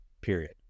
period